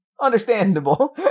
Understandable